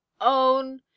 own